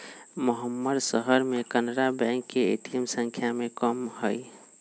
महम्मर शहर में कनारा बैंक के ए.टी.एम संख्या में कम हई